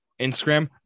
Instagram